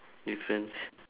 difference